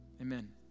Amen